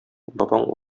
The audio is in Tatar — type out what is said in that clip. бабаң